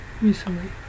recently